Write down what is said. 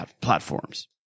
platforms